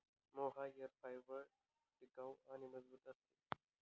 mohair fibre टिकाऊ आणि मजबूत असते